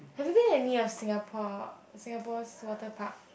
have to been any of Singapore Singapore's water park